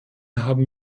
haben